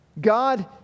God